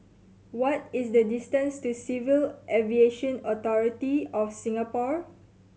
what is the distance to Civil Aviation Authority of Singapore